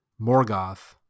Morgoth